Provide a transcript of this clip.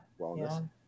wellness